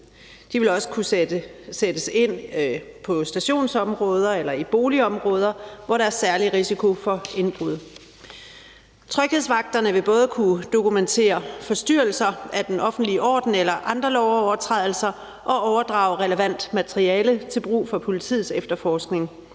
De vil også kunne sættes ind på stationsområder eller i boligområder, hvor der er særlig risiko for indbrud. Tryghedsvagterne vil både kunne dokumentere forstyrrelser af den offentlige orden eller andre lovovertrædelser og overdrage relevant materiale til brug for politiets efterforskning,